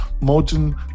modern